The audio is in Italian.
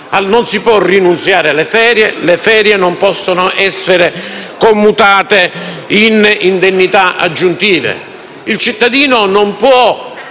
Non si può rinunziare; le ferie non possono essere commutate in indennità aggiuntive.